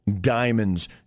diamonds